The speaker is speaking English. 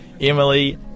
Emily